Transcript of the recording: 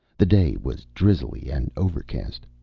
the day was drizzly and overcast.